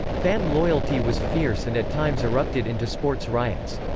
fan loyalty was fierce and at times erupted into sports riots.